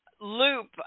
loop